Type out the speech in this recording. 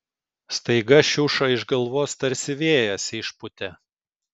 staiga šiušą iš galvos tarsi vėjas išpūtė